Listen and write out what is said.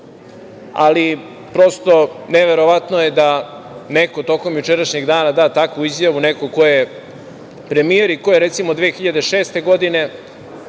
prosto, neverovatno je da neko tokom jučerašnjeg dana da takvu izjavu, neko ko je premijer i ko je, recimo 2006. godine,